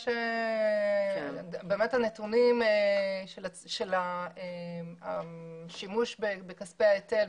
הנתונים של השימוש בכספי ההיטל,